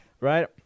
right